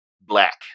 black